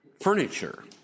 furniture